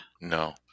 No